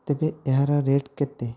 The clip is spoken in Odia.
ତେବେ ଏହାର ରେଟ୍ କେତେ